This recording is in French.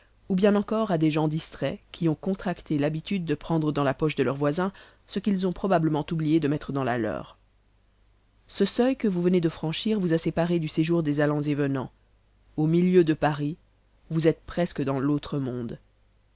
ou bien encore à des gens distraits qui ont contracté l'habitude de prendre dans la poche de leurs voisins ce qu'ils ont probablement oublié de mettre dans la leur ce seuil que vous venez de franchir vous a séparé du séjour des allans et venans au milieu de paris vous êtes presque dans l'autre monde